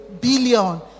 billion